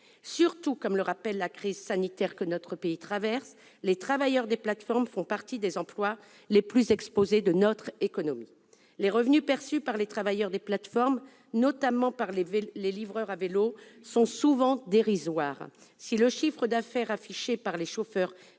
Surtout, comme le rappelle la crise sanitaire que notre pays traverse, les travailleurs des plateformes font partie des employés les plus exposés de notre économie. Les revenus qu'ils perçoivent, notamment les livreurs à vélo, sont souvent dérisoires. Si le chiffre d'affaires affiché par les chauffeurs